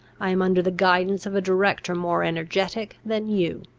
i am under the guidance of a director more energetic than you.